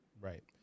Right